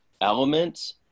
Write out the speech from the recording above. elements